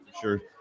Sure